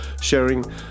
sharing